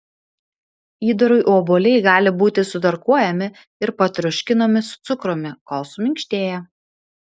įdarui obuoliai gali būti sutarkuojami ir patroškinami su cukrumi kol suminkštėja